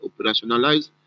operationalized